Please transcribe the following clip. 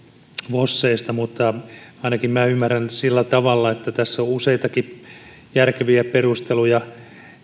voseista mutta ainakin minä ymmärrän sillä tavalla että tässä on useitakin järkeviä perusteluja